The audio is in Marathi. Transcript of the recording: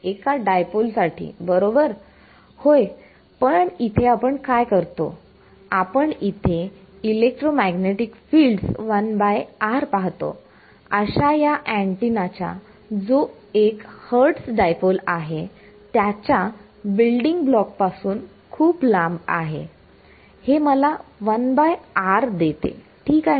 एका डायपोल साठी बरोबर होय पण इथे आपण काय करतो आपण इथे इलेक्ट्रोमॅग्नेटिक फिल्डस 1r पाहतो अशा या अँटिना च्या जो एक हर्टस डायपोल आहे त्याच्या बिल्डींग ब्लॉक पासून खूप लांब आहे हे मला 1r देते ठीक आहे